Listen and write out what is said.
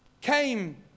came